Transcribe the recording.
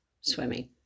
swimming